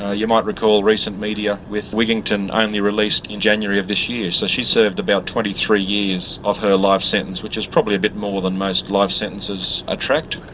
ah you might recall recent media with wigginton only released in january of this year, so she served about twenty three years of her life sentence, which is probably a bit more than most life sentences attract,